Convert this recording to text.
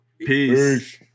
Peace